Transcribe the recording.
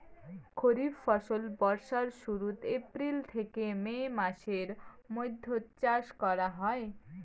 খরিফ ফসল বর্ষার শুরুত, এপ্রিল থেকে মে মাসের মৈধ্যত চাষ করা হই